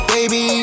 Baby